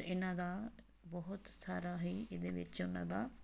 ਇਹਨਾਂ ਦਾ ਬਹੁਤ ਸਾਰਾ ਹੀ ਇਹਦੇ ਵਿੱਚ ਉਹਨਾਂ ਦਾ